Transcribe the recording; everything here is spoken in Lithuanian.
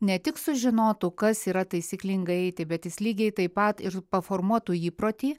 ne tik sužinotų kas yra taisyklingai eiti bet jis lygiai taip pat ir paformuotų įprotį